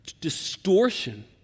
distortion